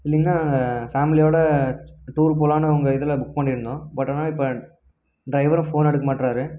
இல்லைங்கண்ணா ஃபேமிலியோடு டூர் போகலான்னு உங்கள் இதில் புக் பண்ணியிருந்தோம் பட் ஆனால் இப்போ டிரைவரும் ஃபோன் எடுக்க மாட்டுறாரு